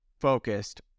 focused